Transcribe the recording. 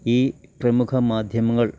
ഈ പ്രമുഖ മാധ്യമങ്ങൾ